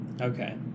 Okay